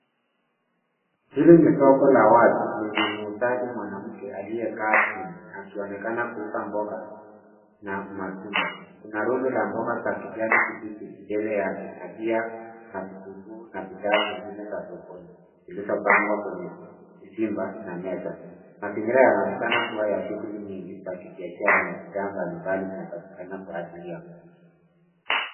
Hili ni soko la wazi lenye muuzaji mwanamke aliyekaa chini akionekana kuuza mboga na matunda. Kuna rundo la mboga za kijani kibichi mbele yake na pia na vitunguu na bidhaa zingine za sokoni zilizopangwa kwenye visimba na meza. Mazingira yanaonekana kuwa ya shughuli nyingi za kibiashara na bidhaa mbalimbali zinazopatikana kwa ajili ya kuuza.